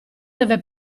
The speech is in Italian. deve